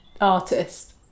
artist